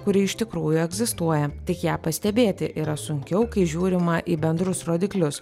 kuri iš tikrųjų egzistuoja tik ją pastebėti yra sunkiau kai žiūrima į bendrus rodiklius